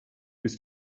bis